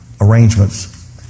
arrangements